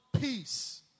peace